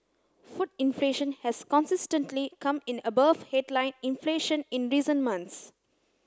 food inflation has consistently come in above headline inflation in recent months